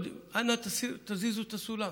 אנא תזיזו את הסולם,